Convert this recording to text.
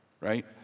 Right